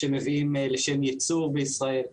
כשמביאים לשם ייצור בישראל,